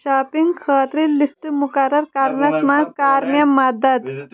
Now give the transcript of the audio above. shopping خٲطرٕ list مُقرر کَرنَس منٛز کَر مےٚ مدت